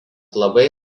labai